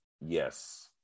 Yes